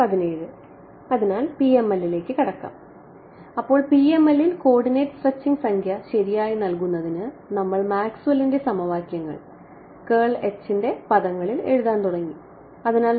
അതിനാൽ PML ലേക്ക് കടക്കാം അതിനാൽ PML ൽ കോർഡിനേറ്റ് സ്ട്രെച്ചിംഗ് സംഖ്യ ശരിയായി നൽകുന്നതിന് നമ്മൾ മാക്സ്വെല്ലിന്റെ സമവാക്യങ്ങൾ ൻറെ പദങ്ങളിൽ എഴുതാൻ തുടങ്ങി